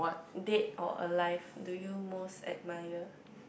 dead or alive do you most admire